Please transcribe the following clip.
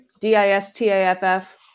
D-I-S-T-A-F-F